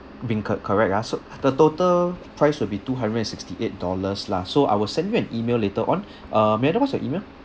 beancurd correct ah so the total price will be two hundred and sixty eight dollars lah so I will send you an email later on uh may I know what's your email